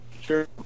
sure